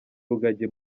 rugagi